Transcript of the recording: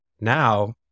Now